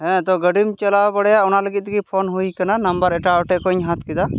ᱦᱮᱸ ᱛᱚ ᱜᱟᱹᱰᱤᱢ ᱪᱟᱞᱟᱣ ᱵᱟᱲᱟᱭᱟ ᱚᱱᱟ ᱞᱟᱹᱜᱤᱫ ᱛᱮᱜᱮ ᱯᱷᱳᱱ ᱦᱩᱭ ᱟᱠᱟᱱᱟ ᱱᱟᱢᱵᱟᱨ ᱮᱴᱟᱜ ᱮᱴᱮᱡ ᱠᱷᱚᱱ ᱦᱟᱛᱟᱣ ᱠᱮᱫᱟ